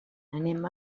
anem